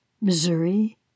Missouri